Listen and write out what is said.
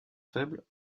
faible